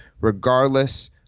regardless